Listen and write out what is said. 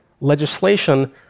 legislation